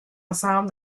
ensemble